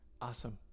Awesome